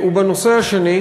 למה?